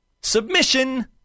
submission